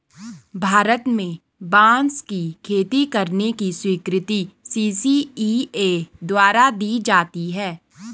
भारत में बांस की खेती करने की स्वीकृति सी.सी.इ.ए द्वारा दी जाती है